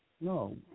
No